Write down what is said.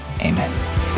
Amen